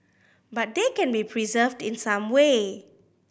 but they can be preserved in some way